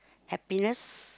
happiness